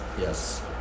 Yes